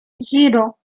zero